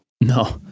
No